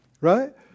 Right